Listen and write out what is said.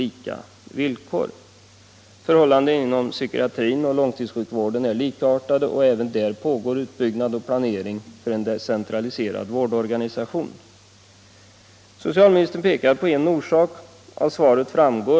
Förhållandena är likartade inom psykiatrin och långtidssjukvården, och även där pågår utbyggnad och planering för en decentraliserad vårdorganisation. Socialministern pekar på en orsak till de förhållanden som råder.